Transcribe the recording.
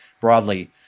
broadly